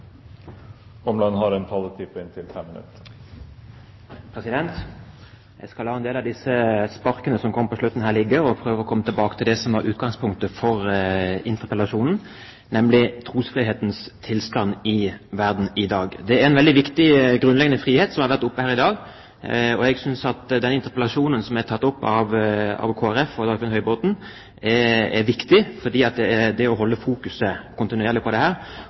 Jeg skal la en del av sparkene som kom på slutten her, ligge og prøve å komme tilbake til det som var utgangspunktet for interpellasjonen, nemlig trosfrihetens tilstand i verden i dag. Det er en veldig viktig grunnleggende frihet som har blitt tatt opp her i dag. Jeg synes at interpellasjonen som er tatt opp av Kristelig Folkeparti og Dagfinn Høybråten, er viktig, for det å holde et kontinuerlig fokus på at dette har en verdi i seg selv. Vi har selv en historie når det gjelder religionsfrihet. De som henger på veggen bak her,